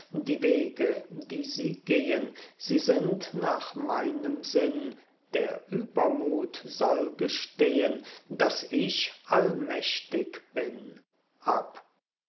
die wege die sie gehen sie sind nach meinem sinn der übermut soll gestehen daß ich allmächtig bin ab